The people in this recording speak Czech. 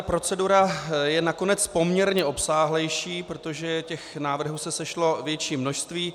Procedura je nakonec poměrně obsáhlejší, protože návrhů se sešlo větší množství.